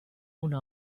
una